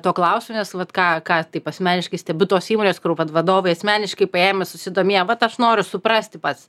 to klausiu nes vat ką ką taip asmeniškai stebiu tos įmonės kurių vat vadovai asmeniškai paėmę susidomėję vat aš noriu suprasti pats